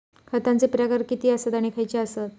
खतांचे प्रकार किती आसत आणि खैचे आसत?